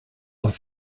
was